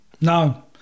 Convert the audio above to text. no